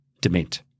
dement